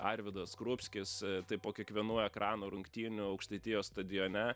arvydas skrupskis tai po kiekvienų ekrano rungtynių aukštaitijos stadione